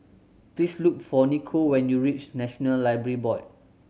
please look for Nico when you reach National Library Board